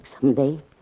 someday